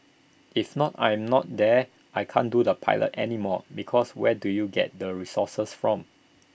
if not I'm not there I can't do the pilot anymore because where do you get the resources from